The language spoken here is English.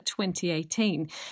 2018